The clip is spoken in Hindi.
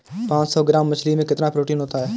पांच सौ ग्राम मछली में कितना प्रोटीन होता है?